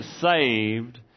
saved